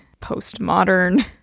postmodern